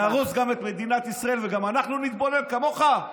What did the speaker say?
שנהרוס גם את מדינת ישראל וגם אנחנו נתבולל, כמוך?